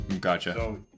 Gotcha